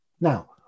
Now